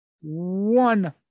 one